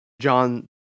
John